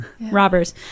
robbers